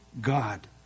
God